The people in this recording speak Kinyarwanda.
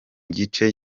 gice